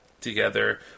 together